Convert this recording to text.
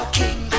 king